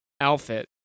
outfit